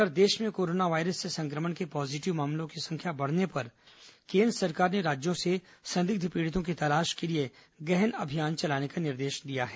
इधर देश में कोरोना वायरस संक्रमण के पॉजिटिव मामलों की संख्या बढ़ने पर केन्द्र सरकार ने राज्यों से संदिग्ध पीडितों की तलाश के लिए गहन अभियान चलाने का निर्देश दिया है